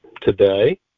today